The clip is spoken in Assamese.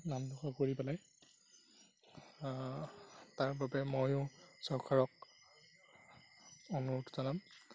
নাম কৰি পেলাই তাৰবাবে ময়ো চৰকাৰক অনুৰোধ জনাম